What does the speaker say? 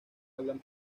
hablan